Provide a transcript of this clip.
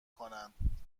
کنند